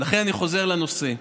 לכן אני חוזר לנושא.